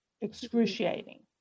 excruciating